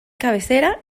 cabecera